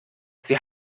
sie